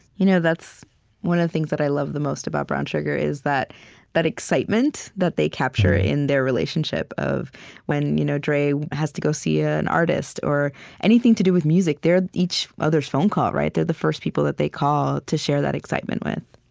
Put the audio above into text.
you know that's one of the things that i love the most about brown sugar, is that that excitement that they capture, in their relationship, of when you know dre has to go see ah an artist. or anything to do with music, they're each other's phone call. they're the first people that they call to share that excitement with